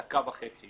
אני אספר בדקה וחצי.